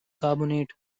carbonate